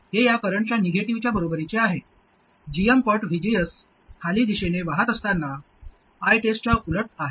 हे या करंटच्या निगेटिव्हच्या बरोबरीचे आहे gm पट VGS खाली दिशेने वाहत असताना ITEST त्याच्या उलट आहे